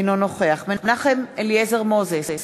אינו נוכח מנחם אליעזר מוזס,